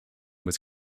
was